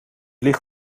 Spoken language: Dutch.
licht